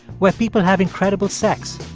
where people have incredible sex.